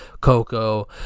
coco